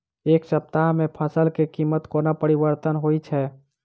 एक सप्ताह मे फसल केँ कीमत कोना परिवर्तन होइ छै?